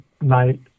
night